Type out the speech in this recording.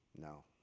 no